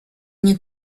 nie